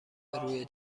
روی